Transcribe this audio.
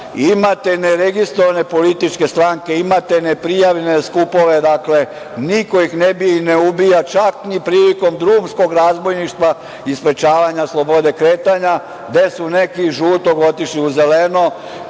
imate neregistrovane političke stranke, imate neprijavljene skupove, dakle, niko ih ne ubija, čak ni prilikom drumskog razbojništva i sprečavanja slobode kretanja, gde su neki iz „žutog“ otišli u „zeleno“